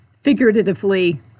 figuratively